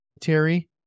Terry